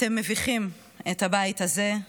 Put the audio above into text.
אתם מביכים את הביתה זה,